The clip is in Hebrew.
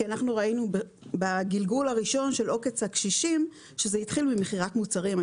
כי אנחנו ראינו בגלגול הראשון של עוקץ הקשישים שזה התחיל ממכירת מוצרים.